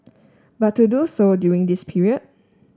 but to do so during this period